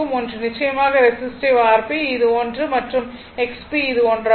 ஒன்று நிச்சயமாக resistive Rp இது ஒன்று மற்றும் XP இது ஒன்றாகும்